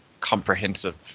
comprehensive